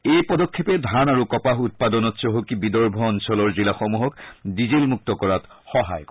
এই পদক্ষেপে ধান আৰু কপাহ উৎপাদনত চহকী বিদৰ্ভ অঞ্চলৰ জিলাসমূহক ডিজেলমুক্ত কৰাত সহায় কৰিব